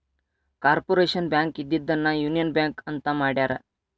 corporation Bank ಇದ್ದಿದ್ದನ್ನ Union Bank ಅಂತ ಮಾಡ್ಯಾರ